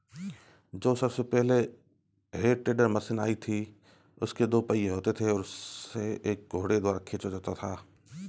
जो सबसे पहले हे टेडर मशीन आई थी उसके दो पहिये होते थे और उसे एक घोड़े द्वारा खीचा जाता था